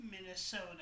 Minnesota